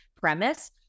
premise